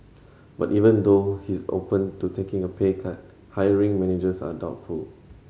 but even though he is open to taking a pay cut hiring managers are doubtful